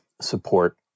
support